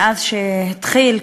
מאז התחיל,